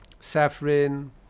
saffron